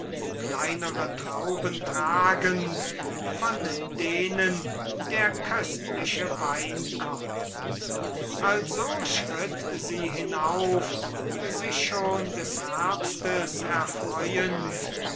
kleinere trauben tragend von denen der köstliche wein kommt also schritt sie hinauf sich schon des herbstes erfreuend